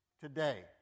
today